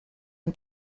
and